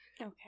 Okay